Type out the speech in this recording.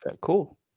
Cool